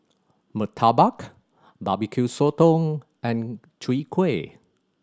murtabak Barbecue Sotong and Chwee Kueh